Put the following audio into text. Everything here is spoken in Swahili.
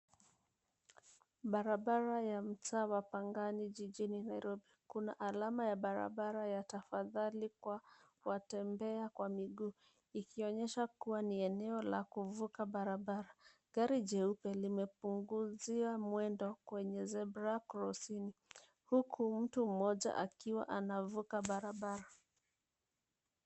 Barabara ya mtaa wa Pangani jijini Nairobi. Kuna alama ya barabara ya tafadhali kwa watembea kwa miguu, ikionyesha kua ni eneo la kuvuka barabara. Gari jeupe limepunguzia mwendo kwenye zebra crossing , huku mtu mmoja akiwa anavuka barabara.